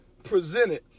presented